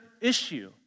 issue